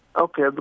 Okay